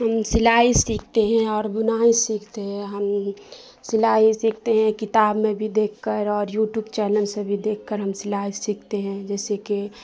سلائی سیکھتے ہیں اور بنائی سیکھتے ہیں ہم سلائی سیکھتے ہیں کتاب میں بھی دیکھ کر اور یو ٹیوب چینل سے بھی دیکھ کر سلائی سیکھتے ہیں جیسے کہ